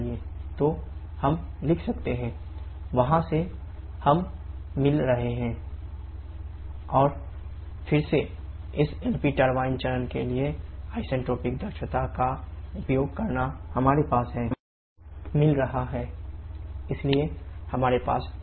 तो हम लिख सकते हैं T8T9sP8P9kg 1kg वहाँ से हम मिल रहे हैं 𝑇9𝑠 7626 𝐾 और फिर से इस LP टरबाइन दक्षता का उपयोग करना हमारे पास है tactual temperature changeideal temperature changeT8 T9T8 T9s मिल रहा 𝑇9 7867 𝐾 इसलिए हमारे पास तापमान है